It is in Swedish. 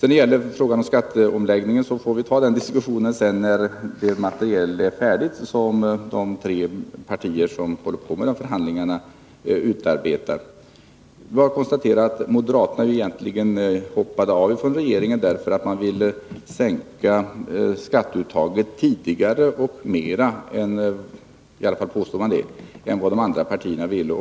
Diskussionen om skatteomläggningen får vi ta upp när det material som de tre förhandlande partierna nu utarbetar blir färdigt. Jag konstaterar bara att moderaterna egentligen hoppade av regeringen därför att de ville sänka skatteuttaget tidigare och mera — i varje fall påstår man det — än vad de andra partierna ville.